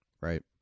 right